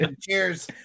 cheers